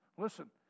Listen